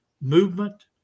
movement